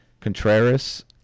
Contreras